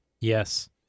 Yes